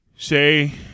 Say